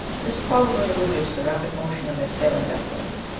this probably alluded to the rapid motion of their sailing-vessels.